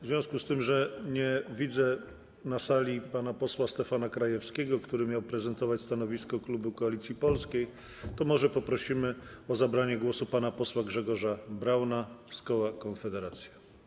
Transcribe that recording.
W związku z tym, że nie widzę na sali pana posła Stefana Krajewskiego, który miał prezentować stanowisko klubu Koalicji Polskiej, to może poproszę o zabranie głosu pana posła Grzegorza Brauna z koła Konfederacja.